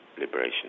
liberation